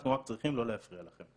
אנחנו רק צריכים לא להפריע לכם.